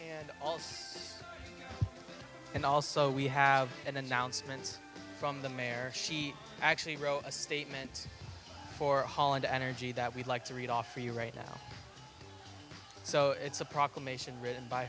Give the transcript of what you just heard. olds and also we have an announcement from the mayor she actually wrote a statement for hall and energy that we'd like to read off for you right now so it's a proclamation written by